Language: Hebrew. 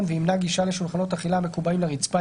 וימנע גישה לשולחנות אכילה המקובעים לרצפה,